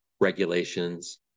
regulations